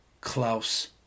Klaus